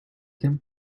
him